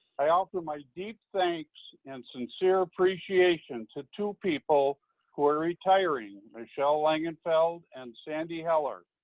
i offer my deep thanks and sincere appreciation to two people who are retiring, michelle langenfeld, and sandy heller,